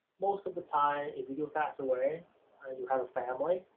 most of the time if you do pass away and you have a family,